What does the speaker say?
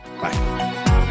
Bye